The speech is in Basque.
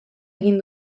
egin